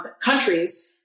countries